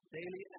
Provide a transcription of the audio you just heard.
daily